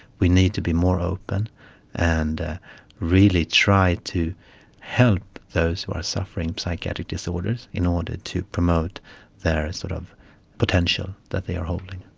we need to be more open and really try to help those who are suffering psychiatric disorders in order to promote their sort of potential that they are holding.